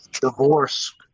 divorce